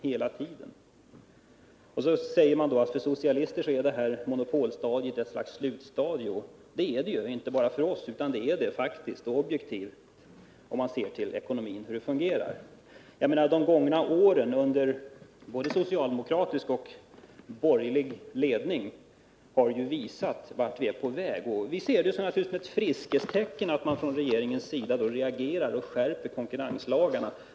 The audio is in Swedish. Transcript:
Sedan sägs att för socialister är detta monopolstadium ett slags slutstadium. Och det är det, inte bara för oss — utan faktiskt, om man objektivt ser till hur ekonomin fungerar. De gångna åren under både socialdemokratisk och borgerlig regering har ju visat vart vi är på väg. Vi ser det naturligtvis som ett friskhetstecken att regeringen reagerar och skärper konkurrenslagarna.